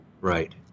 Right